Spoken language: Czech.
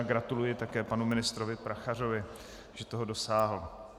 A gratuluji také panu ministrovi Prachařovi, že toho dosáhl.